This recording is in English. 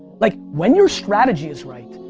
like, when your strategy is right,